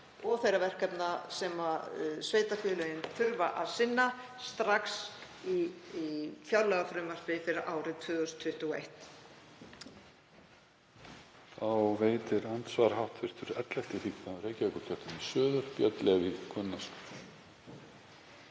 og þeirra verkefna sem sveitarfélögin þurfa að sinna, strax í fjárlagafrumvarpi fyrir árið 2021.